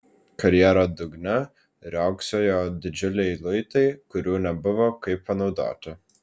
karjero dugne riogsojo didžiuliai luitai kurių nebuvo kaip panaudoti